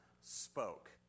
spoke